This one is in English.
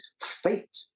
fate